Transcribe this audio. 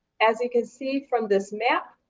as you can see from this map,